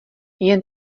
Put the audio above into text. jen